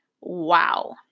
Wow